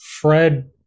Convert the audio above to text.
Fred